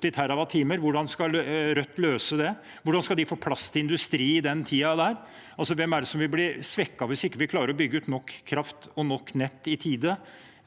hvordan skal Rødt løse det? Hvordan skal de få plass til industri i den tiden? Hvem vil bli svekket hvis vi ikke klarer å bygge ut nok kraft og nok nett i tide,